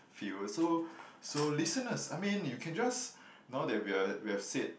viewer so so listeners I mean you can just now that we have we have said